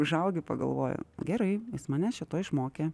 užaugi pagalvoji gerai jis mane šio to išmokė